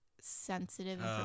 sensitive